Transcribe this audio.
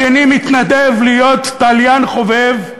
השני מתנדב להיות תליין חובב,